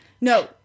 No